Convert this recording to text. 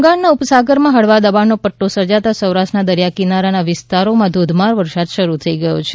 બંગાળ ના ઉપસાગર માં હળવા દબાણ નો પદ્દો સર્જાતા સૌરાષ્ટ્ર ના દરિયાકિનારા ના વિસ્તારો માં ધોધમાર વરસાદ શરૂ થઈ ગયો છે